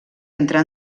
entrà